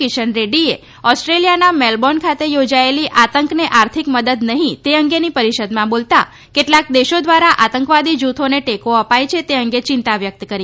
કિશન રેડ્રીએ ઓસ્ટ્રેલિયાના મેલબોર્ન ખાતે યોજાયેલી આતંકને આર્થિક મદદ નહીં તે અંગેની પરિષદમાં બોલતાં કેટલાંક દેશો દ્વારા આતંકવાદી જૂથોને ટેકો અપાય છે તે અંગે ચિંતા વ્યક્ત કરી હતી